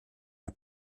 der